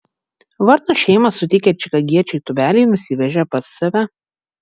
varno šeimą sutikę čikagiečiai tūbeliai nusivežė pas save